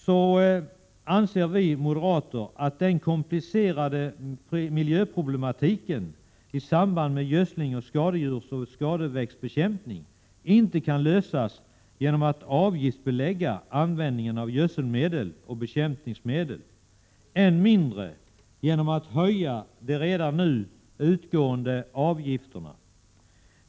Vi moderater anser att den komplicerade miljöproblematiken i samband med gödsling och skadedjursoch skadeväxtsbekämpning inte kan lösas genom att avgiftsbelägga användningen av gödselmedel och bekämpningsmedel, än mindre genom att höja de redan nu utgående avgifterna.